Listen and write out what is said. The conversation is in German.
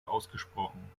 ausgesprochen